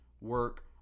work